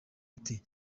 buti